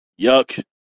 Yuck